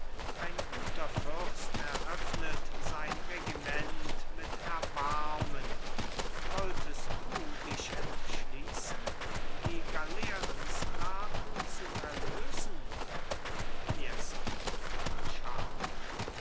ein guter fürst eröffnet sein regiment mit erbarmen wolltest du dich entschließen die galeerensklaven zu erlösen fiesco scharf